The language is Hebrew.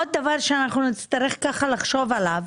עוד דבר שאנחנו נצטרך ככה לחשוב עליו: